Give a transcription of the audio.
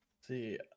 see